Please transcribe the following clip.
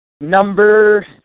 Number